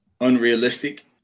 Unrealistic